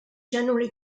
generally